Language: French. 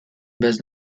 base